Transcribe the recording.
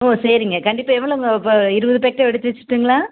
ஓ சரிங்க கண்டிப்பாக எவ்வளோ இருபது பேக்கெட் எடுத்து வச்சிடுட்டுங்களா